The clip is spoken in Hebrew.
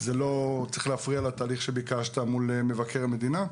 זה לא צריך להפריע לתהליך שביקשת מול מבקר המדינה,